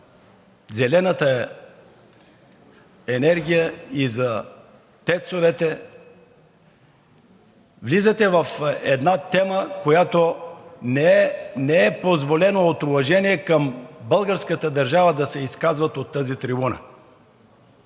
зелената енергия, и за ТЕЦ-овете, влизате в една тема, която не е позволено от уважение към българската държава да се изказвате от тази трибуна.